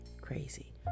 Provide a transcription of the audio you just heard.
crazy